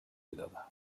pidada